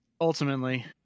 ultimately